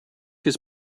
his